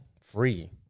free